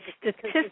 statistics